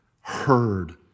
heard